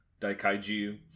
Daikaiju